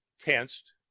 Tensed